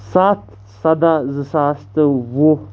سَتھ سَداہ زٕ ساس تہٕ وُہ